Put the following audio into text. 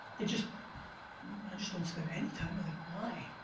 it just i just don't spend any time, but like why?